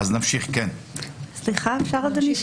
משפט אחד.